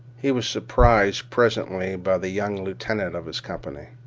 he was surprised presently by the young lieutenant of his company,